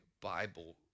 Bible